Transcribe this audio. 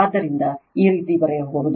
ಆದ್ದರಿಂದ ಈ ರೀತಿ ಬರೆಯಬಹುದು